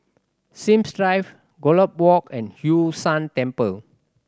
Sims Drive Gallop Walk and Hwee San Temple